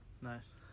Nice